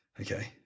Okay